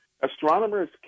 astronomers